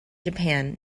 japan